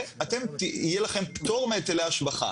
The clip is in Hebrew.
יהיה לכם פטור מהיטלי השבחה.